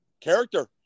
Character